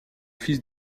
fils